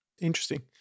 Interesting